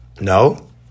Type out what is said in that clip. No